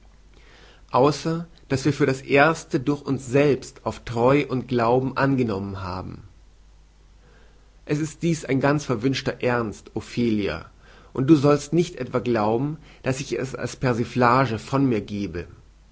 außer daß wir das erste durch uns selbst auf treu und glauben angenommen haben es ist dies ein ganz verwünschter ernst ophelia und du sollst nicht etwa glauben daß ich es als persiflage von mir gebe